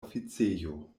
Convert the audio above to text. oficejo